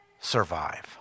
survive